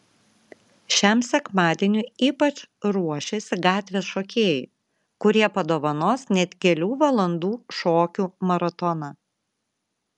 šiam sekmadieniui ypač ruošiasi gatvės šokėjai kurie padovanos net kelių valandų šokių maratoną